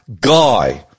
guy